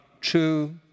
true